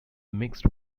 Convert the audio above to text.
mixed